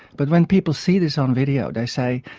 but when people see this on video they say,